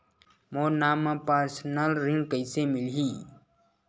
मोर नाम म परसनल ऋण कइसे मिलही?